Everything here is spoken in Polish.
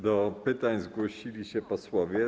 Do pytań zgłosili się posłowie.